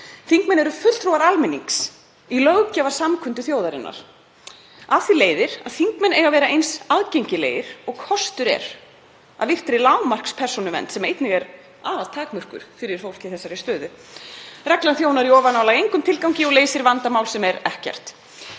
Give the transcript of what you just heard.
Þingmenn eru fulltrúar almennings í löggjafarsamkundu þjóðarinnar. Af því leiðir að þingmenn eiga að vera eins aðgengilegir og kostur er að virtri lágmarkspersónuvernd, sem einnig er afar takmörkuð fyrir fólk í þessari stöðu. Reglan þjónar í ofanálag engum tilgangi og leysir vandamál sem er ekkert.